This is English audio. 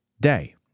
day